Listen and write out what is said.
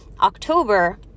October